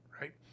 right